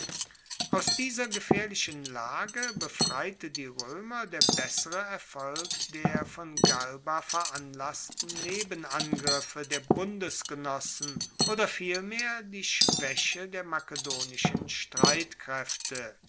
aus dieser gefaehrlichen lage befreite die roemer der bessere erfolg der von galba veranlassten nebenangriffe der bundesgenossen oder vielmehr die schwaeche der makedonischen streitkraefte